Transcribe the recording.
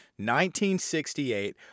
1968